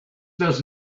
does